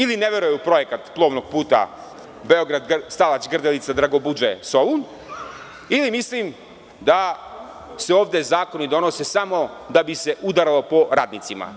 Ili ne veruje u projekat plovnog puta Beograd-Stalać-Grdelica-Dragobužde-Solun, ili misli da se ovde zakoni donose samo da bi se udaralo po radnicima.